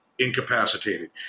incapacitated